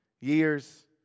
years